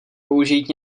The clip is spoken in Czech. použít